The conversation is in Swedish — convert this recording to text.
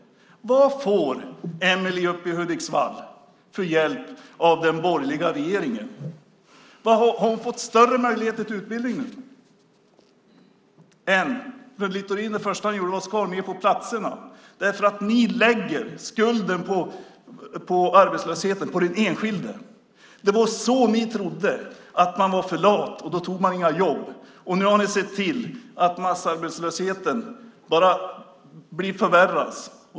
Vad får Emelie i Hudiksvall för hjälp av den borgerliga regeringen? Har hon fått större möjlighet till utbildning? Det första Littorin gjorde var att skära ned på platserna. Ni lägger skulden för arbetslösheten på den enskilde. Ni trodde att man var för lat och därför tog man inget jobb. Ni har sett till att massarbetslösheten förvärras.